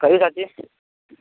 कहू चाची